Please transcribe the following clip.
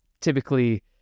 typically